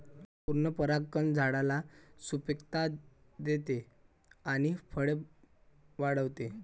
पूर्ण परागकण झाडाला सुपिकता देते आणि फळे वाढवते